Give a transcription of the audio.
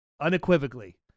unequivocally